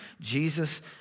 Jesus